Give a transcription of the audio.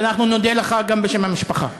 ואנחנו נודה לך גם בשם המשפחה.